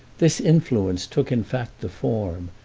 this influence took in fact the form,